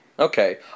Okay